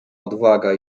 odwaga